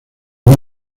una